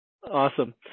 Awesome